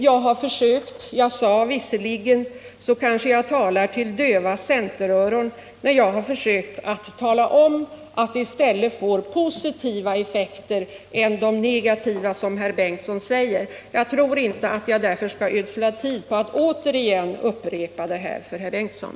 Jag sade" visserligen att jag kanske talade till döva centeröron när jag försökte påtala att projektet får positiva effekter och inte de negativa effekter som herr Torsten Bengtson påstår att det får. Jag tror emellertid inte att jag skall ödsla tid på att upprepa detta för herr Bengtson.